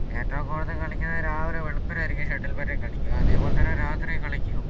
ഏറ്റവും കൂടുതല് കളിക്കുന്നത് രാവിലെ വെളുപ്പിനെ ആയിരിക്കും ഷട്ടിൽ ബാറ്റൊക്കെ കളിക്കുക അതെപോലെതന്നെ രാത്രി കളിക്കും